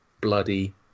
Bloody